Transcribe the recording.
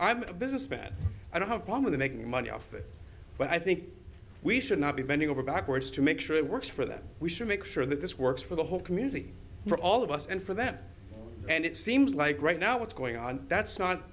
i'm a businessman i don't have problem with making money off it but i think we should not be bending over backwards to make sure it works for that we should make sure that this works for the whole community for all of us and for them and it seems like right now what's going on that's not